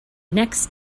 next